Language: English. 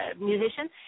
musician